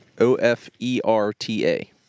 O-F-E-R-T-A